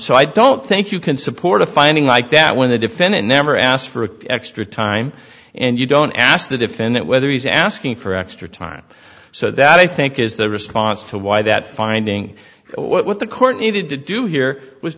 so i don't think you can support a finding like that when the defendant never asked for extra time and you don't ask the defendant whether he's asking for extra time so that i think is the response to why that finding what the court needed to do here was